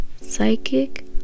psychic